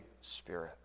Spirit